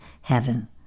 heaven